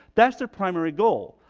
that's their primary goal.